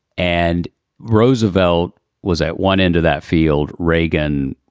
and roosevelt was at one end of that field. reagan,